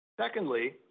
Secondly